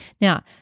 Now